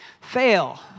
Fail